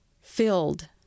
filled